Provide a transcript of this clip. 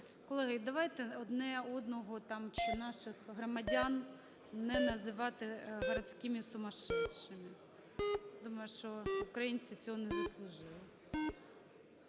Колеги, давайте одне одного, там, чи наших громадян не називати "городскими сумасшедшими". Думаю, що українці цього не заслужили.